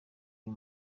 uyu